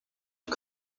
are